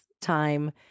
time